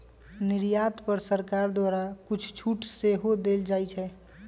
निर्यात पर सरकार द्वारा कुछ छूट सेहो देल जाइ छै